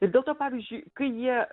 ir dėl to pavyzdžiui kai jie